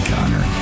Connor